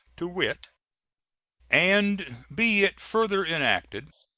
to wit and be it further enacted,